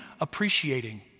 appreciating